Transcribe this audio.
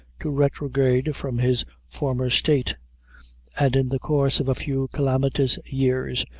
to retrogade from his former state and in the course of a few calamitous years,